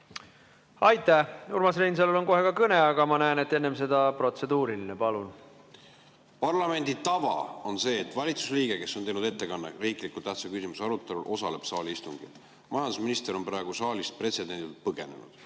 Palun! Urmas Reinsalul on kohe kõne, aga ma näen, et enne seda on ka protseduuriline. Palun! Parlamendi tava on see, et valitsuse liige, kes on teinud ettekande riiklikult tähtsa küsimuse arutelul, osaleb saalis. Majandusminister on praegu saalist pretsedenditult põgenenud.